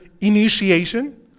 initiation